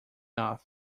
off